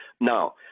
now